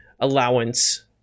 allowance